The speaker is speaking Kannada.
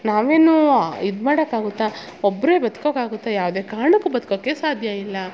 ನಾವೇನು ಇದು ಮಾಡೋಕ್ಕಾಗುತ್ತ ಒಬ್ಬರೇ ಬದುಕಕ್ಕಾಗುತ್ತ ಯಾವುದೆ ಕಾರಣಕ್ಕು ಬದುಕಕ್ಕೆ ಸಾಧ್ಯಯಿಲ್ಲ